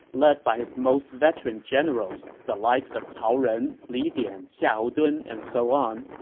led by his most veteran generals, the likes of cao ren, li dian, xiahou dun, and so on.